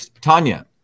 Tanya